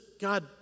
God